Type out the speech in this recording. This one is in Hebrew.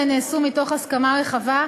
ההסדרים האלה נעשו מתוך הסכמה רחבה,